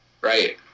Right